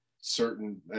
certain